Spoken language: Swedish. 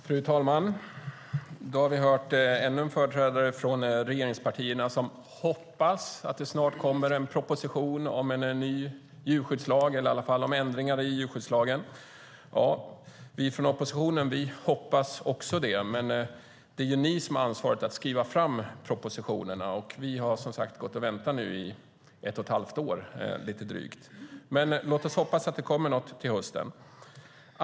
Fru talman! Vi har nu hört ännu en företrädare från regeringspartierna som hoppas att det snart kommer en proposition om en ny djurskyddslag, eller i alla fall om ändringar i djurskyddslagen. Vi från oppositionen hoppas också det. Men det är ni som har ansvaret att skriva propositionerna. Och vi har, som sagt, väntat i drygt ett och ett halvt år. Men låt oss hoppas att det kommer något till hösten.